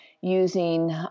using